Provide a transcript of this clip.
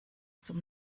zum